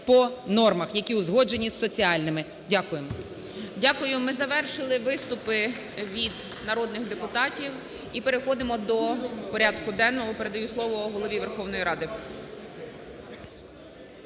Дякую. Ми завершили виступи від народних депутатів і переходимо до порядку денного. Передаю слово Голові Верховної Ради.